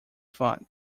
thought